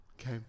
Okay